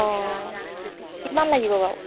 অঁ কিমান লাগিব বাৰু